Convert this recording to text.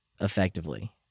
effectively